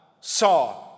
saw